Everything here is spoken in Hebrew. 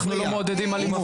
אנחנו לא מעודדים אלימות.